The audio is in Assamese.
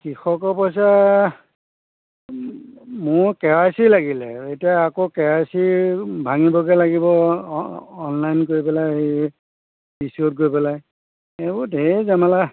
কৃষকৰ পইচা মোৰ কে ৱাই চি লাগিলে এতিয়া আকৌ কে ৱাই চি ভাঙিবগে লাগিব অনলাইন কৰি পেলাই পি চি অ' ত গৈ পেলাই এইবোৰ ঢ়েৰ জামেলা